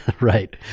Right